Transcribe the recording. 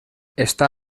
està